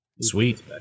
Sweet